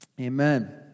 amen